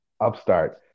upstart